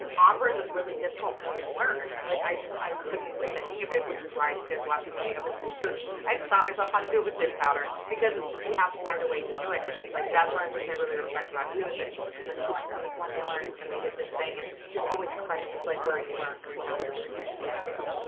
andre was really difficult for me to learn like i just i couldn't get the hang of it which is why if you guys watch some of the other videos i just taught myself how to do it with dip powder because it's just you have to find a way to do it and it's like that's one of the things i really respect about you is that she'll just be like oh i saw this one nail artists and they did this thing and you'll always credit like where you learnt you know how to do a technique. oh